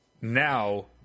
Now